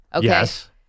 Yes